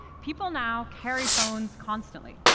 people now carry phones constantly.